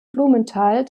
blumenthal